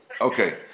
Okay